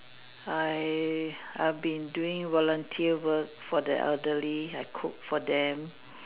I I've been doing volunteer work for the elderly I cook for them